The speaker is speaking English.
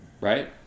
Right